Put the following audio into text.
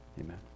Amen